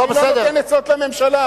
אני לא נותן עצות לממשלה.